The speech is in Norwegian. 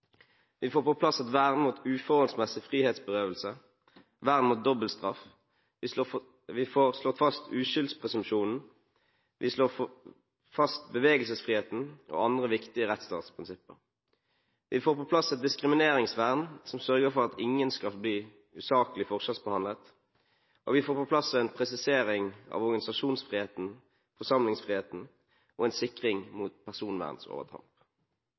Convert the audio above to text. Vi får på plass et vern mot uforholdsmessig frihetsberøvelse, vern mot dobbeltstraff, vi får slått fast uskyldspresumsjonen, vi slår fast bevegelsesfriheten og andre viktige rettsstatsprinsipper. Vi får på plass et diskrimineringsvern som sørger for at ingen skal bli usaklig forskjellsbehandlet, og vi får på plass en presisering av organisasjonsfriheten, forsamlingsfriheten og en sikring mot